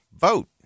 vote